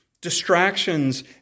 distractions